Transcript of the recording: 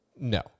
No